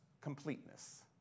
completeness